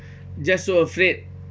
just so afraid